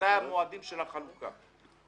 מתי המועדים של החלוקה.